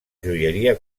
joieria